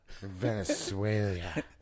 Venezuela